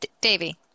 Davy